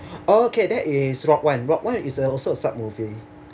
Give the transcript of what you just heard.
okay there is rogue one rogue one is a also a sub movie